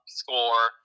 score